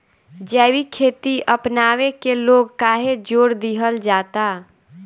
जैविक खेती अपनावे के लोग काहे जोड़ दिहल जाता?